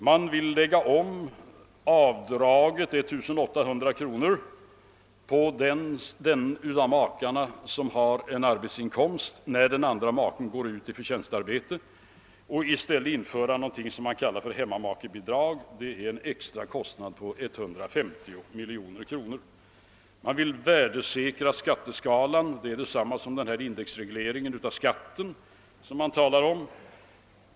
Man vill lägga om det nuvarande avdraget på 1800 kronor för den av makarna som har arbetsinkomst i samband med att den andra maken går ut i förvärvsarbete och i stället införa något som kallas hemmamakebidrag. Detta medför en extra kostnad på 150 miljoner kronor. Man vill också värdesäkra skatteskalan, vilket är detsamma som det krav på indexreglering av skatten som man talar om.